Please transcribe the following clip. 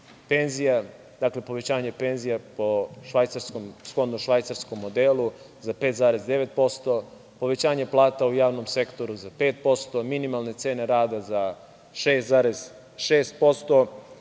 penzija. Dakle, povećanje penzija shodno švajcarskom modelu za 5,9%, povećanje plata u javnom sektoru za 5%, minimalne cene rada za